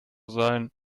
sein